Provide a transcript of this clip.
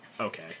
Okay